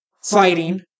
fighting